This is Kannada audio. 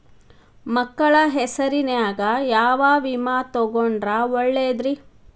ಮಕ್ಕಳ ಹೆಸರಿನ್ಯಾಗ ಯಾವ ವಿಮೆ ತೊಗೊಂಡ್ರ ಒಳ್ಳೆದ್ರಿ?